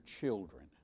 children